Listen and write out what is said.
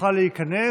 שיוכל להיכנס